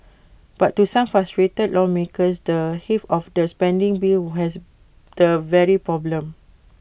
but to some frustrated lawmakers the heft of the spending bill has the very problem